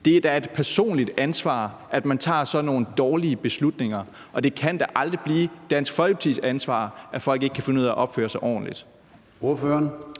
Det er da et personligt ansvar, at man tager sådan nogle dårlige beslutninger, og det kan da aldrig blive Dansk Folkepartis ansvar, at folk ikke kan finde ud af at opføre sig ordentligt.